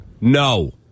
No